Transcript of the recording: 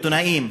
עיתונאים,